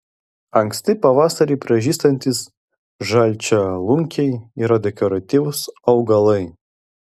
anksti pavasarį pražystantys žalčialunkiai yra dekoratyvūs augalai